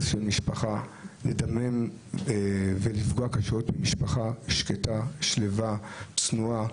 לדמם ולפגוע קשות במשפחה שקטה, שלווה, צנועה,